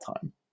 time